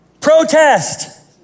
Protest